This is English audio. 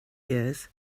years